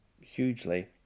hugely